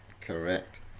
Correct